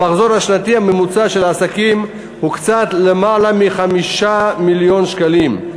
המחזור השנתי הממוצע של העסקים הוא קצת למעלה מ-5 מיליוני שקלים.